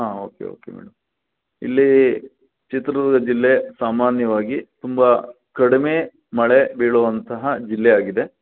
ಹಾಂ okay okay madam ಇಲ್ಲಿ ಚಿತ್ರದುರ್ಗ ಜಿಲ್ಲೆ ಸಾಮಾನ್ಯವಾಗಿ ತುಂಬಾ ಕಡಿಮೆ ಮಳೆ ಬೀಳುವಂತಹ ಜಿಲ್ಲೆ ಆಗಿದೆ